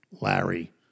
Larry